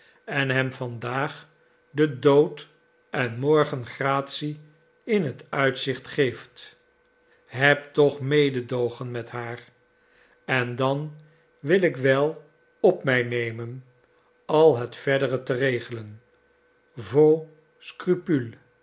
en hem van daag den dood en morgen gratie in uitzicht geeft heb toch mededoogen met haar en dan wil ik wel op mij nemen al het verdere te regelen vos